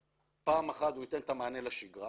פעם אחת הם ייתנו את המענה לשגרה